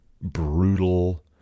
brutal